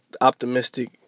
optimistic